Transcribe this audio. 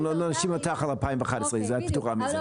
אנחנו לא נאשים אותך על 2011. את פטורה מזה.